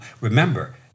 Remember